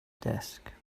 desk